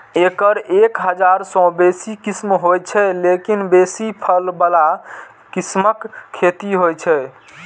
एकर एक हजार सं बेसी किस्म होइ छै, लेकिन बेसी फल बला किस्मक खेती होइ छै